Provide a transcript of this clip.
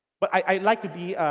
but i like to be